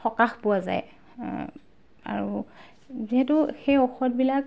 সকাহ পোৱা যায় আৰু যিহেতু সেই ঔষধবিলাক